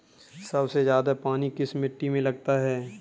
सबसे ज्यादा पानी किस मिट्टी में लगता है?